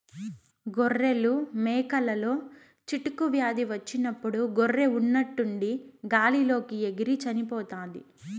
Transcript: గొర్రెలు, మేకలలో చిటుకు వ్యాధి వచ్చినప్పుడు గొర్రె ఉన్నట్టుండి గాలి లోకి ఎగిరి చనిపోతాది